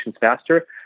faster